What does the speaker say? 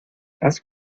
has